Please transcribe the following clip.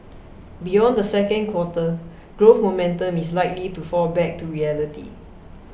beyond the second quarter growth momentum is likely to fall back to reality